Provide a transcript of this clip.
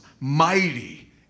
mighty